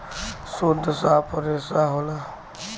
सुद्ध साफ रेसा होला